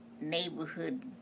neighborhood